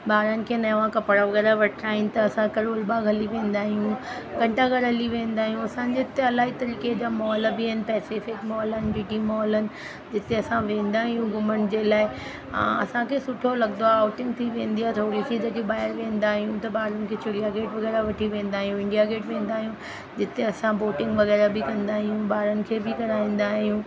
ॿारनि खे नवां कपिड़ा वग़ैरह वठिणा आहिनि त असां करोल बाग हली वेंदा आहियूं घंटाघर हली वेंदा आहियूं असांजे हिते अलाई तरीक़े जा मॉल बि आहिनि Pacific mall G T mall आहिनि जिते असां वेंदा आहियूं घुमण जे लाइ असांखे सुठो लॻंदो आहे ऑउटिंग थी वेंदी आहे थोरी सी जॾहिं ॿाहिरि वेंदा आहियूं त ॿारनि खे चिड़िया गेट वग़ैरह वठी वेंदा आहियूं इंडिया गेट वेंदा आहियूं जिते असां बोटिंग वग़ैरह बि कंदा आहियूं ॿारनि खे बि कराईंदा आहियूं